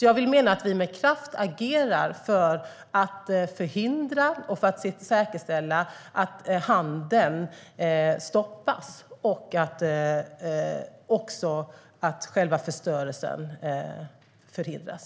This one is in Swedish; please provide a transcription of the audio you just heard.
Jag vill mena att vi agerar med kraft för att säkerställa att handeln stoppas och att själva förstörelsen förhindras.